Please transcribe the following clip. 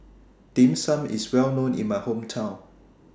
Dim Sum IS Well known in My Hometown